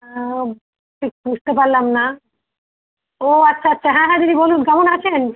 হ্যাঁ ও ঠিক বুঝতে পারলাম না ও আচ্ছা আচ্ছা হ্যাঁ হ্যাঁ দিদি বলুন কেমন আছেন